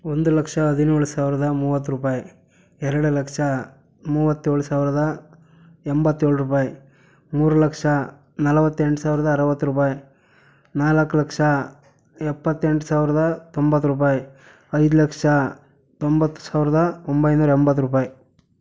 ಒಂದು ಲಕ್ಷ ಹದಿನೇಳು ಸಾವಿರದ ಮೂವತ್ತು ರೂಪಾಯಿ ಎರಡು ಲಕ್ಷ ಮೂವತ್ತೇಳು ಸಾವಿರದ ಎಂಬತ್ತೇಳು ರೂಪಾಯಿ ಮೂರು ಲಕ್ಷ ನಲ್ವತ್ತೆಂಟು ಸಾವಿರದ ಅರುವತ್ತು ರೂಪಾಯಿ ನಾಲ್ಕು ಲಕ್ಷ ಎಪ್ಪತ್ತೆಂಟು ಸಾವಿರದ ತೊಂಬತ್ತು ರೂಪಾಯಿ ಐದು ಲಕ್ಷ ತೊಂಬತ್ತು ಸಾವಿರದ ಒಂಬೈನೂರ ಎಂಬತ್ತು ರೂಪಾಯಿ